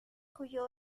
cuyo